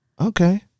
Okay